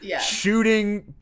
shooting